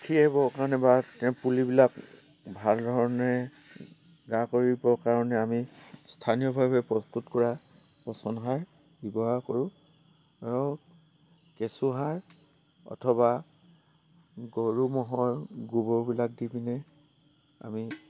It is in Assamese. উঠি আহিবৰ কাৰণে বা তে পুলিবিলাক ভাল ধৰণেৰে গা কৰিবৰ কাৰণে আমি স্থানীয়ভাৱে প্ৰস্তুত কৰা পচন সাৰ ব্যৱহাৰ কৰোঁ আৰু কেঁচুসাৰ অথবা গৰু ম'হৰ গোবৰবিলাক দি পিনে আমি